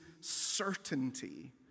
certainty